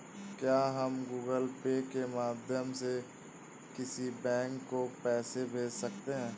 क्या हम Google Pay के माध्यम से किसी बैंक को पैसे भेज सकते हैं?